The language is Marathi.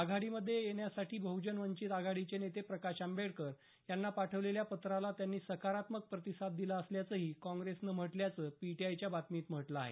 आघाडीमध्ये येण्यासाठी बह्जन वंचित आघाडीचे नेते प्रकाश आंबेडकर यांना पाठवलेल्या पत्राला त्यांनी सकारात्मक प्रतिसाद दिला असल्याचंही काँग्रेसनं म्हटल्याचं पीटीआय च्या बातमीत म्हटलं आहे